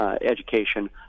education